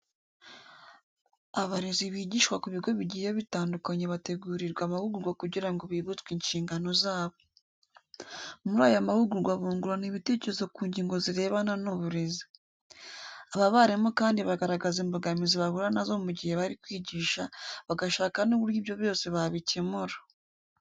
Abarezi bigisha ku bigo bigiye bitandukanye bategurirwa amahugurwa kugira ngo bibutswe inshingano zabo. Muri aya mahugurwa bungurana ibitekerezo ku ngingo zirebana n'uburezi. Aba barimu kandi bagaragaza imbogamizi bahura na zo mu gihe bari kwigisha, bagashaka n'uburyo ibyo byose babikemura.